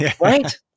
Right